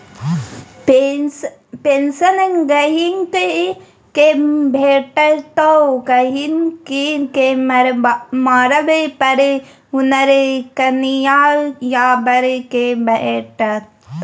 pension गहिंकी केँ भेटतै गहिंकी केँ मरब पर हुनक कनियाँ या बर केँ भेटतै